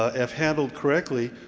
ah if handled correctly,